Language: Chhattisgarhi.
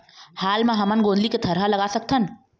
हाल मा हमन गोंदली के थरहा लगा सकतहन?